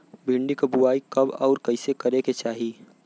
भिंडी क बुआई कब अउर कइसे करे के चाही?